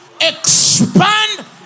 expand